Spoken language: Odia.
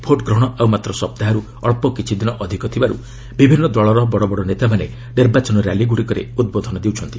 ଭୋଟ୍ଗ୍ରହଣ ଆଉ ମାତ୍ର ସପ୍ତାହେରୁ ଅଳ୍ପ କିଛି ଦିନ ଅଧିକ ଥିବାରୁ ବିଭିନ୍ନ ଦଳର ବଡ଼ ବଡ଼ ନେତାମାନେ ନିର୍ବାଚନ ର୍ୟାଲିଗୁଡ଼ିକରେ ଉଦ୍ବୋଧନ ଦେଉଛନ୍ତି